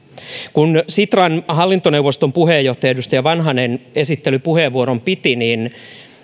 kun sitran hallintoneuvoston puheenjohtaja edustaja vanhanen esittelypuheenvuoron piti niin